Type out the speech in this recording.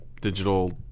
Digital